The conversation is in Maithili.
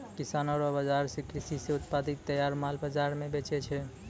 किसानो रो बाजार से कृषि से उत्पादित तैयार माल बाजार मे बेचै छै